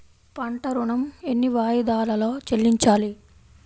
పంట ఋణం ఎన్ని వాయిదాలలో చెల్లించాలి?